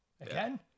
Again